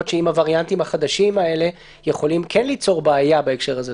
שעם הווריאנטים החדשים האלה זה יכול כן ליצור בעיה בהקשר הזה.